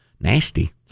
Nasty